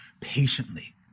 patiently